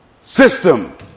system